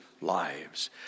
lives